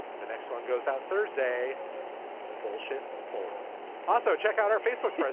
the next one goes out thursday bullshit full also check out our facebook.